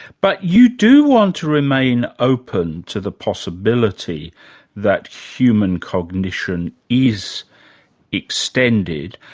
but you do want to remain open to the possibility that human cognition is extended,